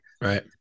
Right